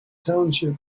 township